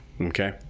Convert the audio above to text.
Okay